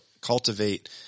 cultivate